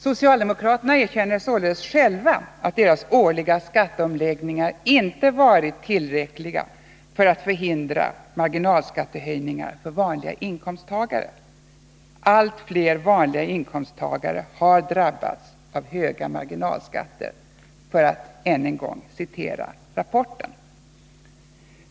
Socialdemokraterna erkänner således själva att deras årliga skatteomläggningar inte varit tillräckliga för att förhindra marginalskattehöjningar för vanliga inkomsttagare. Allt fler vanliga inkomsttagare har drabbats av höga marginalskatter, för att än en gång citera rapporten.